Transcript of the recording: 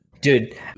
dude